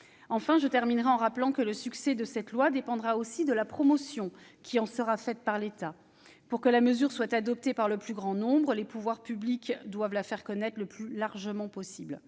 vite. Je terminerai en rappelant que le succès de cette loi dépendra aussi de la promotion qui en sera faite par l'État. Pour que la mesure soit adoptée par le plus grand nombre, les pouvoirs publics doivent la faire connaître le plus largement et le